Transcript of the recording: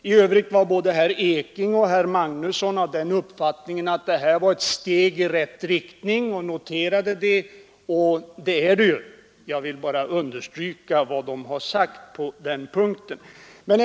I övrigt noterade jag att både herr Ekinge och herr Magnusson tycks vara av den uppfattningen att vad som här föreslås är ett steg i rätt riktning, och det är det ju. Jag vill bara understryka vad de sade på den punkten.